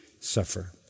suffer